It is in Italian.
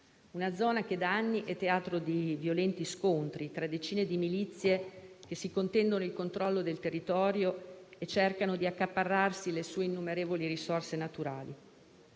del Congo che da anni è teatro di violenti scontri tra decine di milizie, che si contendono il controllo del territorio e cercano di accaparrarsi le sue innumerevoli risorse naturali.